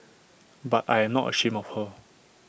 but I am not ashamed of her